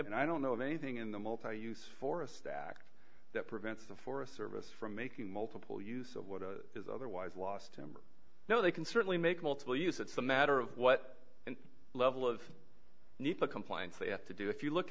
it and i don't know of anything in the multi use forest act that prevents the forest service from making multiple use of what is otherwise lost him or know they can certainly make multiple use it's a matter of what level of need for compliance they have to do if you look